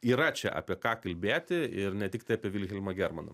yra čia apie ką kalbėti ir ne tiktai apie vilhelmą germaną